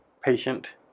patient